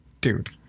Dude